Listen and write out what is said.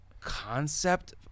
concept